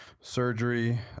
surgery